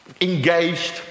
engaged